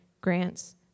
grants